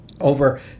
over